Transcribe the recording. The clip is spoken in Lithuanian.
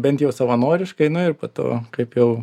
bent jau savanoriškai nu ir po to kaip jau